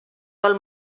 del